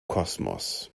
kosmos